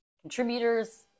contributors